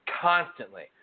constantly